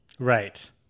Right